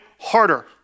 Harder